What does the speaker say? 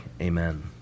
Amen